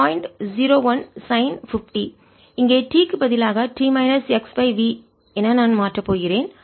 01 sine 50 இங்கே t க்கு பதிலாக t மைனஸ் x v என நான் மாற்றப் போகிறேன்